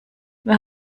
wer